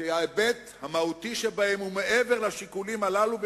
שההיבט המהותי שבהם הוא מעבר לשיקולים הללו.